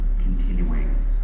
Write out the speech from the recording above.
continuing